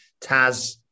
taz